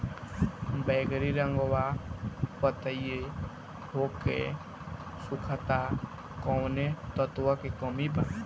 बैगरी रंगवा पतयी होके सुखता कौवने तत्व के कमी बा?